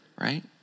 right